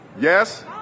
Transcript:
yes